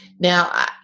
Now